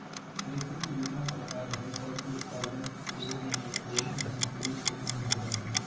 रेशम के जितना प्रकार हई, सब के उत्पादन कोय नै कोय भारतीय क्षेत्र मे होवअ हई